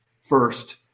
first